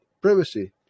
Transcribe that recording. privacy